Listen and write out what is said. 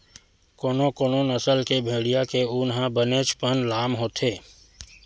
कोनो कोनो नसल के भेड़िया के ऊन ह बनेचपन लाम होथे